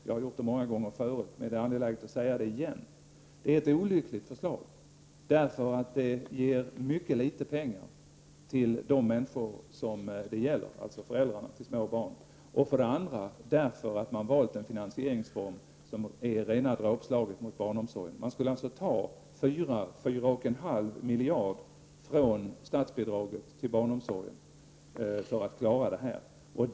Jag har gjort det många gånger förut, men det är angeläget att föra fram detta igen. Förslaget om vårdnadsbidrag är olyckligt dels därför att det ger mycket litet pengar till de människor det gäller, dvs. föräldrar till små barn, dels därför att finansieringsformen innebär ett rent dråpslag mot barnomsorgen. Man skulle ta 4—4,5 miljarder från statsbidraget till barnomsorgen för att klara detta.